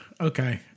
Okay